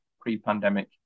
pre-pandemic